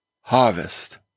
harvest